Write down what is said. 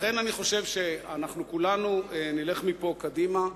לכן אני חושב שכולנו נלך מפה קדימה.